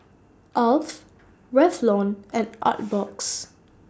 Alf Revlon and Artbox